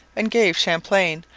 and gave champlain,